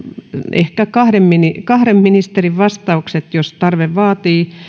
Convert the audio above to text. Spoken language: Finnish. ehkä kahden ministerin kahden ministerin vastaukset jos tarve vaatii